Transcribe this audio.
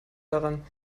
daran